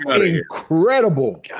incredible